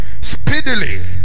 speedily